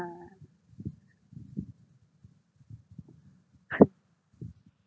ah